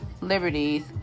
liberties